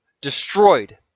destroyed